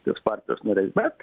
tos partijos nariais bet